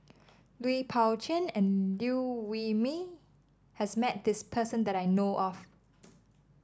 Lui Pao Chuen and Liew Wee Mee has met this person that I know of